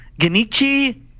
Genichi